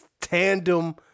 tandem